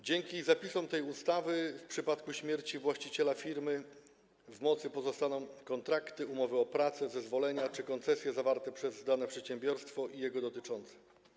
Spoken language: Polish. Dzięki zapisom tej ustawy w przypadku śmierci właściciela firmy w mocy pozostaną kontrakty, umowy o pracę, zezwolenia czy koncesje zawarte czy udzielone przez dane przedsiębiorstwo i jego dotyczące.